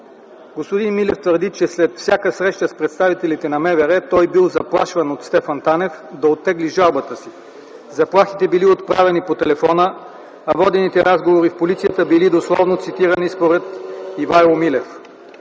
Господин Милев твърди, че след всяка среща с представителите на Министерството на вътрешните работи той е бил заплашван от Стефан Танев да оттегли жалбата си. Заплахите били отправени по телефона, а водените разговори в полицията били дословно цитирани, според Ивайло Милев.